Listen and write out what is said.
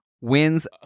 wins